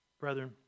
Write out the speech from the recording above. Brethren